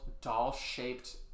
doll-shaped